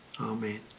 Amen